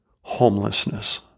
homelessness